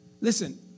Listen